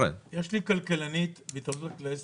יש לי כלכלנית בהתאחדות חקלאי ישראל.